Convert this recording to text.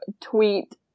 tweet